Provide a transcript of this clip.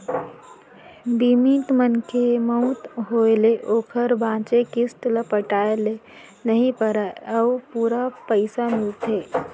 बीमित मनखे के मउत होय ले ओकर बांचे किस्त ल पटाए ल नइ परय अउ पूरा पइसा मिलथे